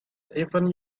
even